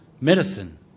medicine